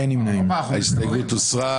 הצבעה ההסתייגות לא התקבלה.